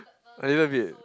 a little bit